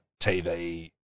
TV